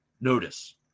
Notice